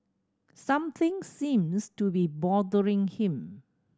something seems to be bothering him